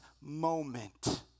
moment